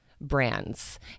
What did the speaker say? brands